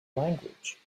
language